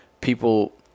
people